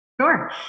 Sure